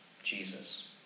Jesus